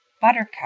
Buttercup